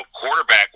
quarterback